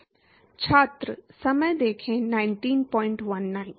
L बटा kf A क्या है